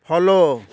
follow